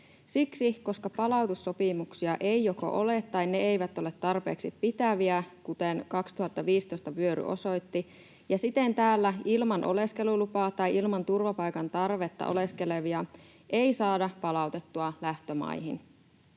siksi koska palautussopimuksia joko ei ole tai ne eivät ole tarpeeksi pitäviä, kuten 2015 vyöry osoitti, ja siten täällä ilman oleskelulupaa tai ilman turvapaikan tarvetta oleskelevia ei saada palautettua lähtömaihin